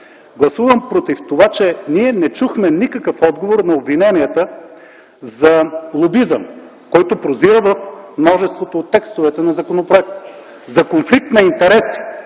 гласувам против това, че ние не чухме никакъв отговор на обвиненията за лобизъм, който прозира в множеството от текстовете на законопроекта, за конфликт на интереси